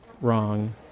wrong